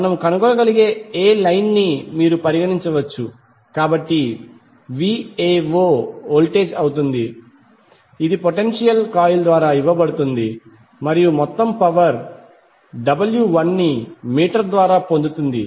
మనము కనుగొనగలిగే ఏ లైన్ ని మీరు పరిగణించవచ్చు కాబట్టి Vao వోల్టేజ్ అవుతుంది ఇది పొటెన్షియల్ కాయిల్ ద్వారా ఇవ్వబడుతుంది మరియు మొత్తం పవర్ W1 ని మీటర్ ద్వారా పొందుతుంది